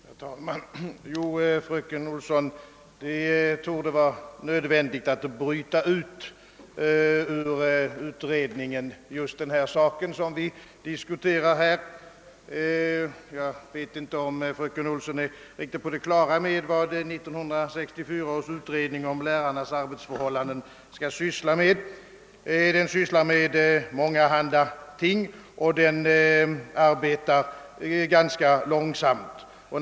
Herr talman! Jo, fröken Olsson, det torde vara nödvändigt att ur utredningen bryta ut just den fråga som vi nu diskuterar. Jag vet inte om fröken Olsson är riktigt på det klara med vad 1964 års utredning om lärarnas arbetsförhållanden skall ägna sig åt. Den behandlar mångahanda ting, och den går ganska långsamt fram.